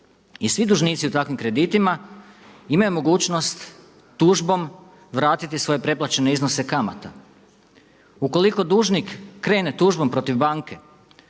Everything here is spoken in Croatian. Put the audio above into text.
i svi dužnici u takvim kreditima imaju mogućnost tužbom vratiti svoje preplaćene iznose kamata. Ukoliko dužnik krene tužbom protiv banke